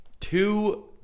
two